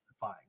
fine